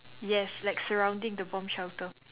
yes like surrounding the bomb shelter